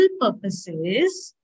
purposes